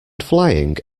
flying